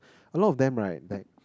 a lot of them right like